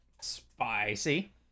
Spicy